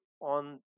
on